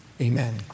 Amen